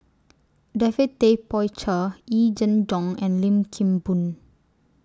David Tay Poey Cher Yee Jenn Jong and Lim Kim Boon